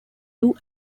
two